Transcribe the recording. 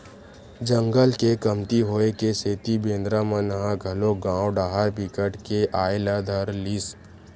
जंगल के कमती होए के सेती बेंदरा मन ह घलोक गाँव डाहर बिकट के आये ल धर लिस